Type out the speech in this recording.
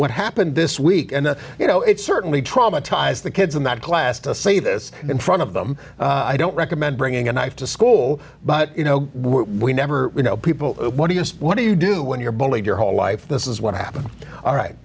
what happened this week and you know it certainly traumatized the kids in that class to say this in front of them i don't recommend bringing a knife to school but you know we never you know people what do you what do you do when you're bullied your whole life this is what happened all right